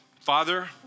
Father